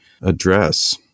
address